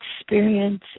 experience